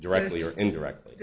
directly or indirectly